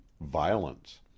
violence